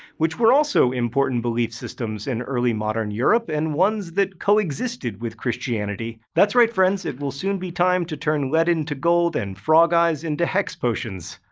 which were also important belief systems in early modern europe and ones that co-existed with christianity. that's right, friends, it will soon be time to turn lead into gold and frog eyes into hex potions.